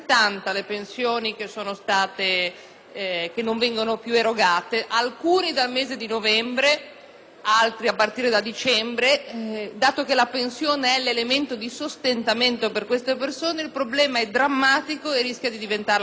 altre a partire da dicembre. Dato che la pensione è l'elemento di sostentamento per queste persone, il problema è drammatico e rischia di diventarlo ancor di più. Il Ministro mi ha detto oggi che dovrebbe essere stata trasmessa ieri all'INPS la circolare che